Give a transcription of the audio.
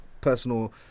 personal